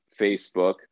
Facebook